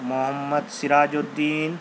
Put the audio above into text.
محمد Siraj الدین